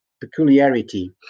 peculiarity